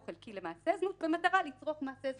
חלקי למעשי זנות במטרה לצרוך מעשה זנות.